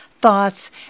thoughts